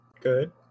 good